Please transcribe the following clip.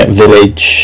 village